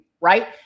right